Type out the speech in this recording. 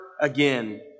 again